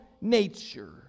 nature